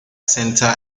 center